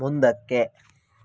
ಮುಂದಕ್ಕೆ